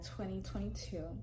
2022